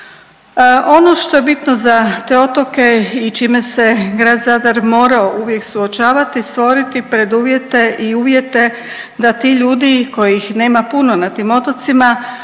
Ono što je bitno za te otoke i čime se Grad Zadar morao uvijek suočavati, stvoriti preduvjete i uvjete da ti ljudi kojih nema puno na tim otocima